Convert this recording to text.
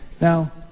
Now